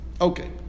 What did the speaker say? Okay